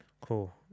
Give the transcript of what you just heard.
cool